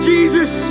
Jesus